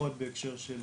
ופחות בהקשר של